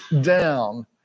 down